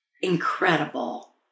Incredible